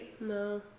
No